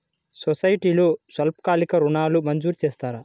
సొసైటీలో స్వల్పకాలిక ఋణాలు మంజూరు చేస్తారా?